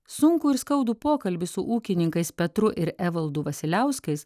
sunkų ir skaudų pokalbį su ūkininkais petru ir evaldu vasiliauskais